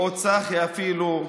או צחי אפילו,